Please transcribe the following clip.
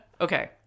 Okay